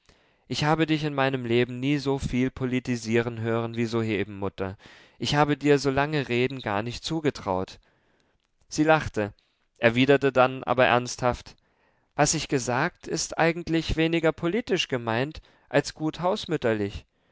ich habe dich in meinem leben nie so viel politisieren hören wie soeben mutter ich habe dir so lange reden gar nicht zugetraut sie lachte erwiderte dann aber ernsthaft was ich gesagt ist eigentlich weniger politisch gemeint als gut